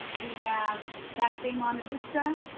we have back bay monte vista,